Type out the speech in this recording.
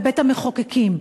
בבית-המחוקקים,